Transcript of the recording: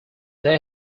they